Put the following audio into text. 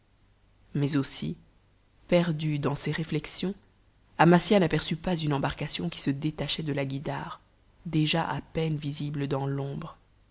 mais aussi perdue dans ses réflexions amasia n'aperçut pas une embarcation qui se détachait de la guïdare déjà à peine visible dans l'ombre